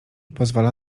pozwala